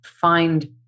find